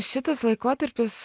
šitas laikotarpis